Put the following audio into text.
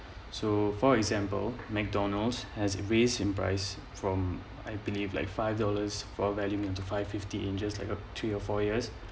for example McDonald's has raised in price from I believe like five dollars for volume into five fifty in just like uh three or four years